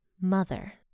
mother